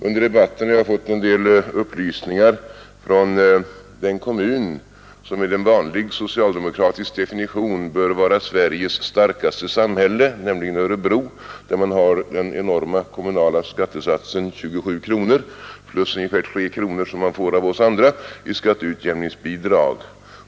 Under debatten har jag fått en del upplysningar från den kommun som med en vanlig socialdemokratisk definition bör vara Sveriges starkaste samhälle, nämligen Örebro, där man har den enorma kommunala skattesatsen 27 kronor plus ungefär 3 kronor som man får av oss andra i skatteutjämningsbidrag.